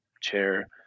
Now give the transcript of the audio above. chair